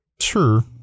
Sure